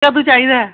कदूं चाहिदा ऐ